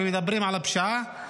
ומדברים על הפשיעה,